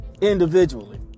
individually